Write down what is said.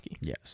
Yes